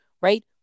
right